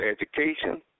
education